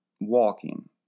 walking